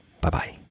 bye-bye